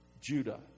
Judah